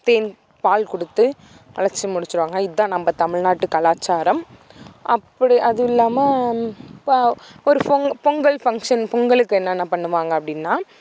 தேன் பால் கொடுத்து அழைச்சி முடிச்சிருவாங்க இதான் நம்ம தமிழ்நாட்டுக் கலாச்சாராம் அப்படி அது இல்லாமல் இப்போ ஒரு பொங் பொங்கல் ஃபங்க்ஷன் பொங்கலுக்கு என்னென்ன பண்ணுவாங்க அப்படின்னா